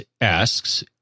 asks